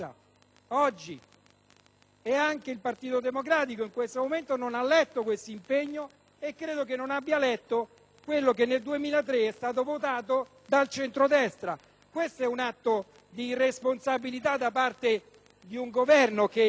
Anche il Partito Democratico in questo momento non ha letto questo impegno e credo non abbia letto quello che nel 2003 è stato votato dal centrodestra. Questo è un atto di irresponsabilità da parte di un Governo che fa le leggi